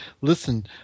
listen